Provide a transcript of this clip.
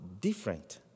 different